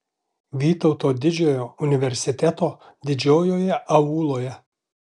vytauto didžiojo universiteto didžiojoje auloje